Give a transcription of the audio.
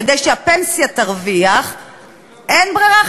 כדי שהפנסיה תרוויח אין ברירה,